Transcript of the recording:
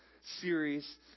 series